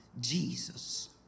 Jesus